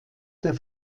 der